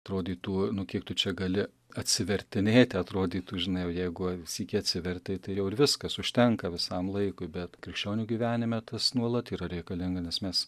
trodytų nu kiek tu čia gali atsivertinėti atrodytų žinai jau jeigu sykį atsivertei tai jau ir viskas užtenka visam laikui bet krikščionių gyvenime tas nuolat yra reikalinga nes mes